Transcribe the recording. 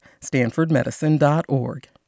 StanfordMedicine.org